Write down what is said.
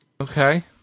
Okay